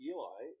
Eli